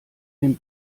den